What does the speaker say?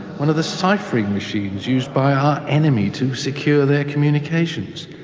one of the ciphering machines used by our enemy to secure their communications.